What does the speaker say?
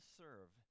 serve